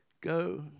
go